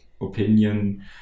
opinion